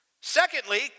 Secondly